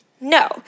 no